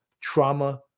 trauma